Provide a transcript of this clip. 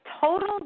total